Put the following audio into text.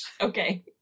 Okay